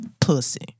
Pussy